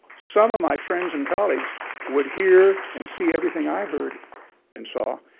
some of my friends and colleagues would hear and see everything i heard and saw,